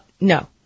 No